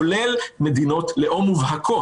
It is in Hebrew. כולל מדינות לאום מובהקות.